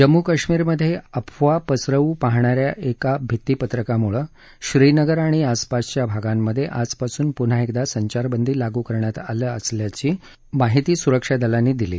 जम्मू काश्मीरमधे अफवा पसरवू पाहणा या एका भित्तीपत्रकामुळे श्रीनगर आणि आसपासच्या भागांमधे आजपासून पुन्हा एकदा संचारबंदी लागू केली असल्याचं सुरक्षा दलांनी सांगितलं